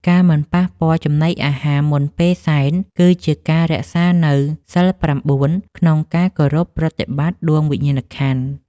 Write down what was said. ការមិនប៉ះពាល់ចំណីអាហារមុនពេលសែន គឺជាការរក្សានូវសីលប្រាំបួនក្នុងការគោរពប្រតិបត្តិដួងវិញ្ញាណក្ខន្ធ។